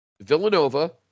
Villanova